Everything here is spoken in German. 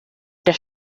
der